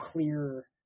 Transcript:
clear